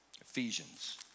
Ephesians